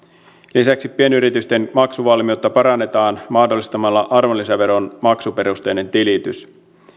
lisäksi pienyritysten maksuvalmiutta parannetaan mahdollistamalla arvonlisäveron maksuperusteinen tilitys